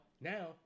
now